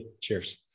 cheers